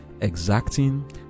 exacting